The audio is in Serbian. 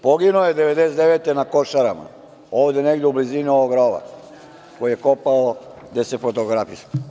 Poginuo je 1999. godine, na Košarama, ovde negde u blizini ovog rova koji je kopao gde se fotografisao.